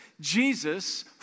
Jesus